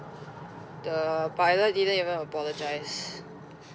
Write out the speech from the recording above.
the pilot didn't even apologise